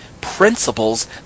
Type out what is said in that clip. principles